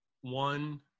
One